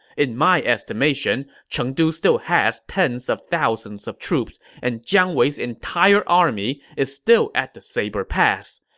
in my estimation, chengdu still has tens of thousands of troops, and jiang wei's entire army is still at the saber pass.